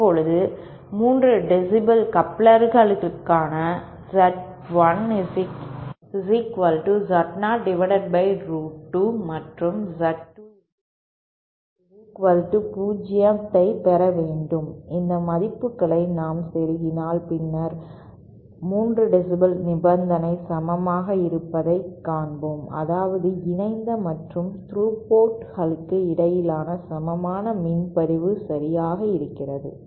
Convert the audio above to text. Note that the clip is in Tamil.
இப்போது 3 dB கப்ளர்களுக்கு Z1Zo√2 மற்றும் Z20 ஐப் பெற வேண்டும் இந்த மதிப்புகளை நாம் செருகினால் பின்னர் 3 dB நிபந்தனை சமமாக இருப்பதை காண்போம் அதாவது இணைந்த மற்றும் த்ரூ போர்ட்களுக்கு இடையேயான சமமான மின் பிரிவு சரியாக இருக்கிறது